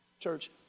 Church